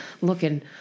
looking